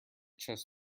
chess